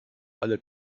alle